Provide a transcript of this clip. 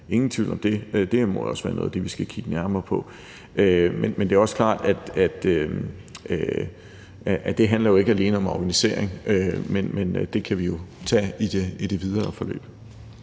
ingen tvivl om det. Det må også være noget af det, vi skal kigge nærmere på. Men det er også klart, at det ikke alene handler om organisering – men det kan vi jo tage i det videre forløb.